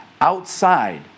outside